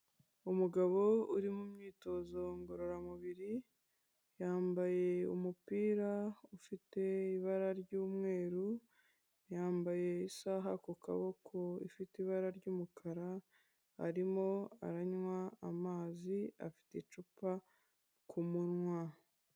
Umugabo uri mumyitozo ngororamubiri yambaye umupira ufite ibara ry'umweru, yambaye isaha ku kaboko ifite ibara ry'umukara, arimo aranywa amazi afite icupa ku munwa.